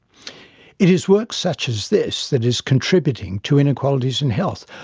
it is work such as this that is contributing to inequalities in health.